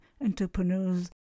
entrepreneurs